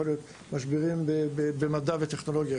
יכול להיות משברים במדע וטכנולוגיה,